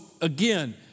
again